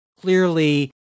clearly